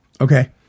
Okay